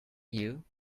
you